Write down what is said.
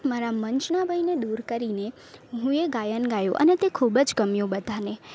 મારા મંચના ભયને દૂર કરીને હું મેં ગાયન ગાયું અને તે ખૂબ જ ગમ્યું બધાંને